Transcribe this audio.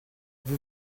vous